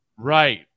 Right